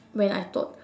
when I thought